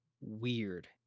weird